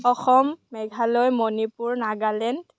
Assam Meghalaya Manipur Nagaland